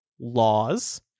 laws